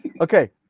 Okay